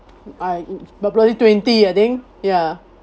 um probably twenty I think ya